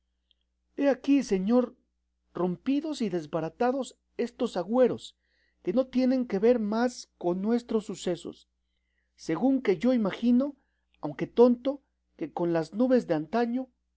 aquí señor rompidos y desbaratados estos agüeros que no tienen que ver más con nuestros sucesos según que yo imagino aunque tonto que con las nubes de antaño